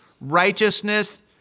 righteousness